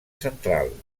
central